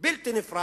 להקמת שבילי אופנים